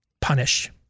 punish